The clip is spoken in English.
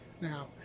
now